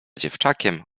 dziewczakiem